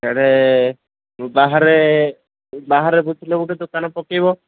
ସିଆଡ଼େ ବାହାରେ ବାହାରେ ବୁଝିଲେ ଗୋଟେ ଦୋକାନ ପକେଇବ